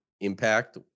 impact